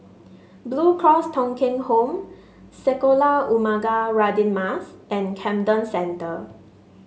Blue Cross Thong Kheng Home Sekolah Ugama Radin Mas and Camden Centre